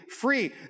free